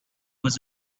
was